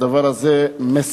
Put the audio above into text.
הדבר הזה מסכן